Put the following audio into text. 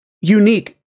unique